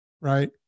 right